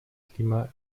klima